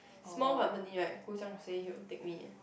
small company right Gu-Zhang say he will take me eh